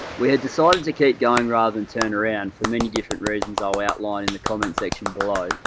we had decided to keep going rather than turn around for many different reasons i'll outline in the comment section below,